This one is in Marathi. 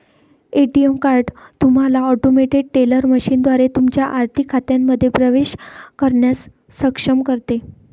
ए.टी.एम कार्ड तुम्हाला ऑटोमेटेड टेलर मशीनद्वारे तुमच्या आर्थिक खात्यांमध्ये प्रवेश करण्यास सक्षम करते